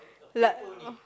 luck lor